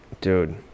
dude